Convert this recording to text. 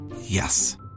Yes